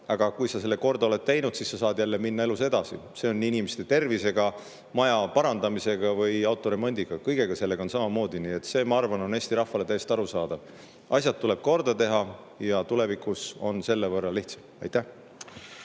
aga kui sa selle korda oled teinud, siis sa saad jälle minna elus edasi. See on inimeste tervisega, maja parandamisega või auto remondiga samamoodi. See, ma arvan, on Eesti rahvale täiesti arusaadav. Asjad tuleb korda teha ja tulevikus on selle võrra lihtsam. Aitäh!